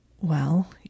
Well